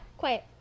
quiet